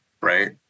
right